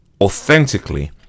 Authentically